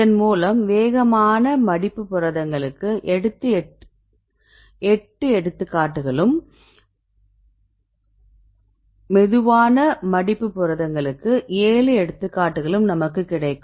இதன் மூலம் வேகமான மடிப்பு புரதங்களுக்கு 8 எடுத்துக்காட்டுகளும் மெதுவான மடிப்பு புரதங்களுக்கு 7 எடுத்துக்காட்டுகளும் நமக்கு கிடைக்கும்